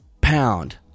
pound